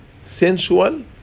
sensual